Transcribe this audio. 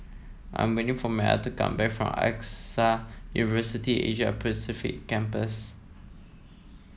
I'm waiting for Metta to come back from AXA University Asia Pacific Campus